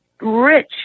rich